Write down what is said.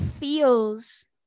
feels